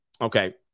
Okay